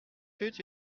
fut